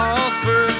offer